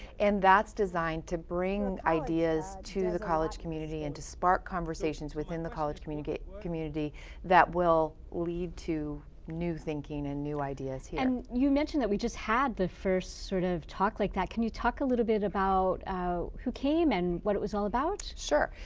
and that's designed to bring ideas to to the college community and to spark conversations within the college community community that will lead to new thinking and new ideas here. and you mentioned that we just had the first sort of talk like that. can you talk a little bit about who came and what it was all about? sure.